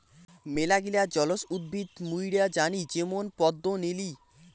মেলাগিলা জলজ উদ্ভিদ মুইরা জানি যেমন পদ্ম, নিলি